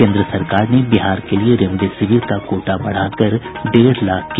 केन्द्र सरकार ने बिहार के लिए रेमडेसिविर का कोटा बढ़ाकर डेढ लाख किया